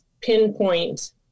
pinpoint